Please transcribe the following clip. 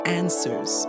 answers